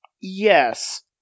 Yes